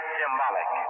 symbolic